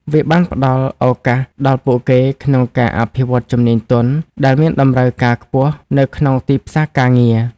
វាបានផ្តល់ឱកាសដល់ពួកគេក្នុងការអភិវឌ្ឍជំនាញទន់ ដែលមានតម្រូវការខ្ពស់នៅក្នុងទីផ្សារការងារ។